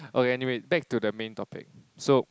okay anyway back to the main topic so